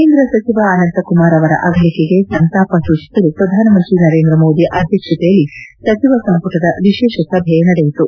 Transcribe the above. ಕೇಂದ್ರ ಸಚಿವ ಅನಂತಕುಮಾರ್ ಅವರ ಅಗಲಿಕೆಗೆ ಸಂತಾಪ ಸೂಚಿಸಲು ಪ್ರಧಾನಮಂತ್ರಿ ನರೇಂದ್ರ ಮೋದಿ ಅಧ್ಯಕ್ಷತೆಯಲ್ಲಿ ಸಚಿವ ಸಂಪುಟದ ವಿಶೇಷ ಸಭೆ ನಡೆಯಿತು